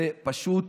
זה פשוט